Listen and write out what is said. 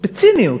בציניות,